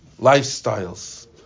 lifestyles